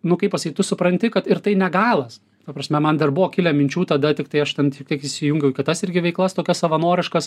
nu kaip pasakyt tu supranti kad ir tai ne galas ta prasme man dar buvo kilę minčių tada tiktai aš ten šiek tiek įsijungiau į kitas irgi veiklas tokias savanoriškas